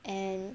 and